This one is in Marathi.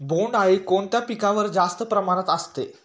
बोंडअळी कोणत्या पिकावर जास्त प्रमाणात असते?